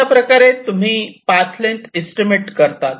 अशाप्रकारे तुम्ही path length estimate करतात